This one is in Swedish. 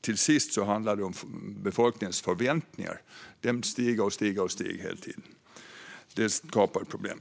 Till sist handlar det om befolkningens förväntningar, som stiger hela tiden, vilket skapar problem.